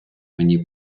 мені